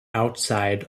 outside